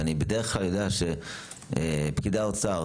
ואני בדרך כלל יודע שפקידי האוצר